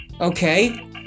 Okay